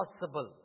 possible